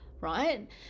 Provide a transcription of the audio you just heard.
Right